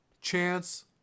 Chance